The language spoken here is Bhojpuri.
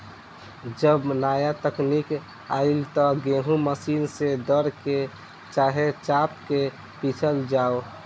जब नाया तकनीक आईल त गेहूँ मशीन से दर के, चाहे चाप के पिसल जाव